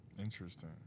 Interesting